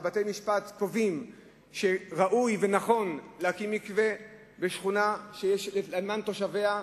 ובתי-המשפט קובעים שראוי ונכון להקים מקווה בשכונה למען תושביה,